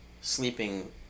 sleeping